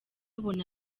abona